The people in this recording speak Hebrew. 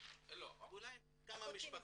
אולי כמה משפחות.